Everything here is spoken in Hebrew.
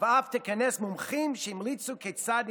תודה רבה לשר הרווחה.